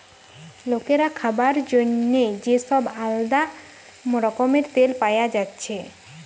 লোকের খাবার জন্যে যে সব আলদা রকমের তেল পায়া যাচ্ছে